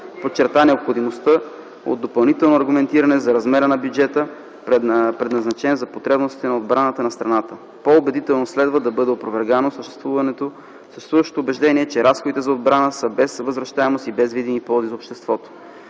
подчерта необходимостта от допълнително аргументиране за размера на бюджета, предназначен за потребностите на отбраната на страната. По-убедително следва да бъде опровергано съществуващото убеждение, че разходите за отбрана са без възвръщаемост и без видими ползи за обществото.